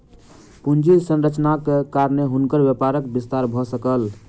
पूंजी संरचनाक कारणेँ हुनकर व्यापारक विस्तार भ सकल